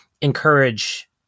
encourage